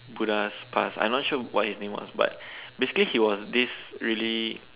Buddha's past I not sure what his name was basically he was this really